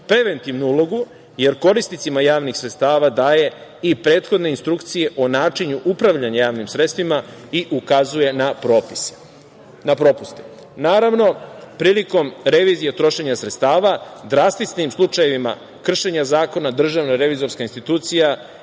preventivnu ulogu, jer korisnicima javnih sredstava daje i prethodne instrukcije o načinu upravljanja javnim sredstvima i ukazuje na propuste. Naravno, prilikom revizije trošenja sredstava drastičnim slučajevima kršenja zakona DRI je dužan da preduzima